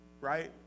right